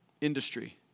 industry